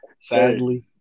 sadly